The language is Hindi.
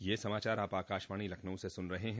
ब्रे क यह समाचार आप आकाशवाणी लखनऊ से सुन रहे हैं